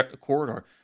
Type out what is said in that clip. Corridor